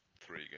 three